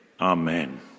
amen